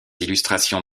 illustrations